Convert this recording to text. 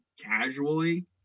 casually